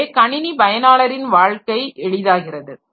எனவே கணினி பயனாளரின் வாழ்க்கை எளிதாகிறது